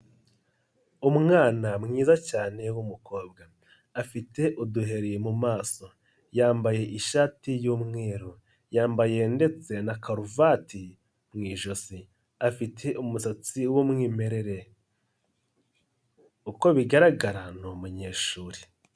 Umwana mwiza cyane w'umukobwa afite uduheri mu maso, yambaye ishati y'umweru yambaye ndetse na karuvati mu ijosi afite umusatsi w'umwimerere, uko bigaragara ni umunyeshuri.